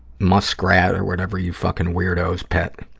muskrat or whatever you fucking weirdoes pet.